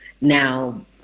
now